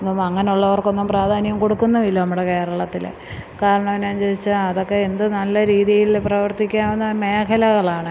ഇന്നും അങ്ങനെയുള്ളവർക്ക് ഒന്നും പ്രാധാന്യം കൊടുക്കുന്നുമില്ല നമ്മുടെ കേരളത്തില് കാരണം എന്നാന്നു ചോദിച്ചാല് അതൊക്കെ എന്ത് നല്ല രീതിയിൽ പ്രവർത്തിക്കാവുന്ന മേഖലകളാണ്